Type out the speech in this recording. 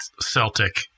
Celtic